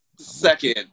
second